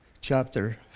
chapter